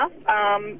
enough